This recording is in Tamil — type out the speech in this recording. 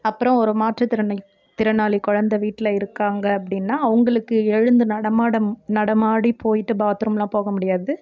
அப்புறம் ஒரு மாற்று திறமை திறனாளி குழந்தை வீட்டில் இருக்காங்க அப்படின்னா அவங்களுக்கு எழுந்து நடமாட நடமாடி போயிட்டு பாத்ரூமெலாம் போக முடியாது